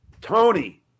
Tony